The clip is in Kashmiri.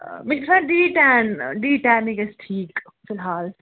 آ مےٚ چھِ سۅ ڈیٖٹین ڈیٖٹینٕے گژھِ ٹھیٖک فِلحال